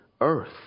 earth